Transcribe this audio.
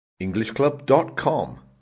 EnglishClub.com